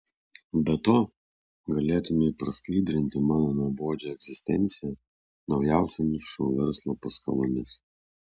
be to galėtumei praskaidrinti mano nuobodžią egzistenciją naujausiomis šou verslo paskalomis